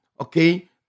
okay